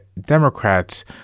Democrats